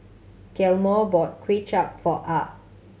Gilmore bought Kway Chap for Ah